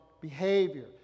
behavior